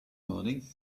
morning